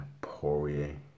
Poirier